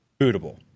Bootable